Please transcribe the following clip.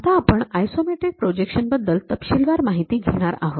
आता आपण isometric projection बद्दल तपशीलवार माहिती घेणार आहोत